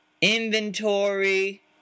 inventory